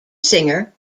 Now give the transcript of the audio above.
singer